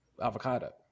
avocado